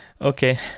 Okay